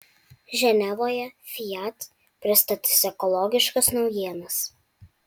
ženevoje fiat pristatys ekologiškas naujienas